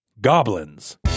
goblins